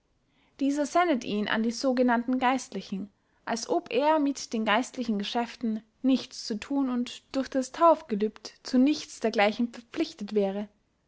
dieser sendet ihn an die sogenannten geistlichen als ob er mit den geistlichen geschäften nichts zu thun und durch das taufgelübd zu nichts dergleichen verpflichtet wäre